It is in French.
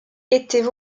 étaient